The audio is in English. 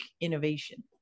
innovation